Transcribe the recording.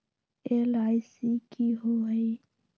LIC की होअ हई?